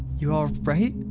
you all right?